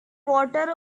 water